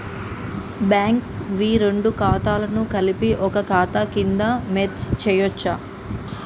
Bank వి రెండు ఖాతాలను కలిపి ఒక ఖాతా కింద మెర్జ్ చేయచ్చా?